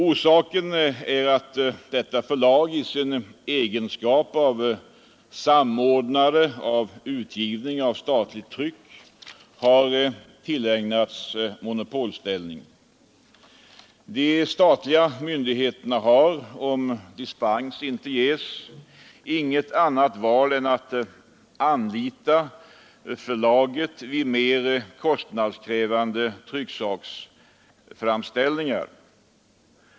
Orsaken är att detta förlag i sin egenskap av samordnare av utgivningen av statligt tryck har getts monopolställning. De statliga myndigheterna har, om dispens inte ges, inget annat val än att anlita förlaget vid mer kostnadskrävande trycksaksframställningar.